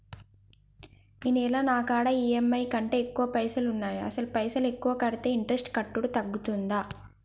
ఈ నెల నా కాడా ఈ.ఎమ్.ఐ కంటే ఎక్కువ పైసల్ ఉన్నాయి అసలు పైసల్ ఎక్కువ కడితే ఇంట్రెస్ట్ కట్టుడు తగ్గుతదా?